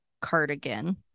Cardigan